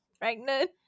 pregnant